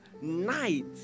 night